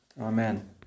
amen